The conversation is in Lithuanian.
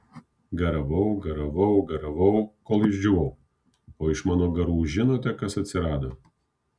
garavau garavau garavau kol išdžiūvau o iš mano garų žinote kas atsirado